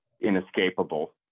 inescapable